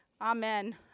Amen